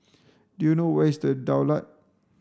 do you know where is The Daulat